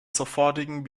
sofortigen